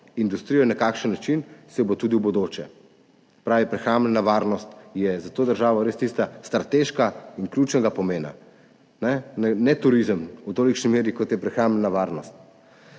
industrijo in na kakšen način se bo tudi v bodoče. Se pravi, prehrambna varnost je za to državo res strateškega in ključnega pomena. Ne turizem v tolikšni meri, kot je prehrambna varnost.